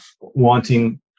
wanting